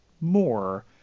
more